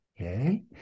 Okay